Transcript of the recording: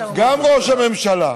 גם ראש הממשלה,